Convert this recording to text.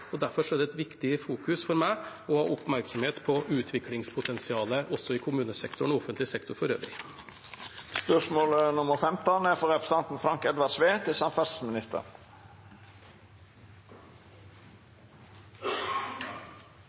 Derfor er det et viktig fokus for meg å ha oppmerksomhet på utviklingspotensialet i kommunesektoren og i offentlig sektor for øvrig.